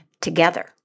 together